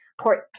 Port